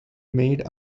made